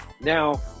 Now